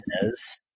says